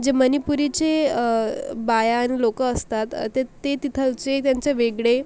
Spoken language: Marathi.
जे मणिपुरीचे बाया आणि लोक असतात तर ते तिथलचे त्यांचे वेगळे